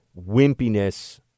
wimpiness